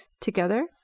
together